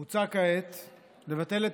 מוצע כעת לבטל,